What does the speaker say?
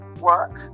work